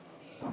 צינון.